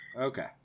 Okay